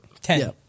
Ten